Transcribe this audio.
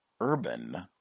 urban